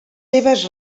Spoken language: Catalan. seves